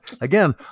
Again